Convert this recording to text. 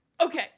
Okay